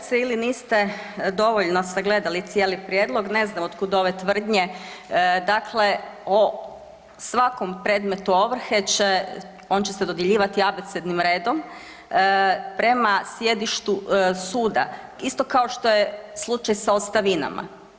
Kolegice ili niste dovoljno sagledali cijeli prijedlog, ne znam od kud ove tvrdnje dakle o svakom predmetu ovrhe, on će se dodjeljivati abecednim redom, prema sjedištu suda, isto kao što je slučaj sa ostavinama.